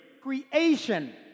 creation